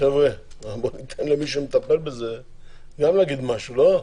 חבר'ה, ניתן למי שמטפל בזה גם להגיד משהו, לא?